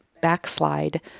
backslide